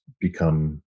become